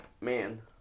man